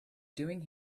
doing